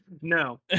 No